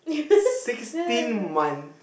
sixteen months